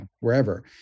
wherever